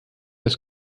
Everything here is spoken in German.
des